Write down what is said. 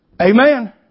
Amen